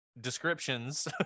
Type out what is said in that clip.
descriptions